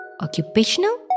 Occupational